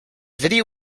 video